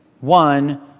one